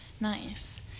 Nice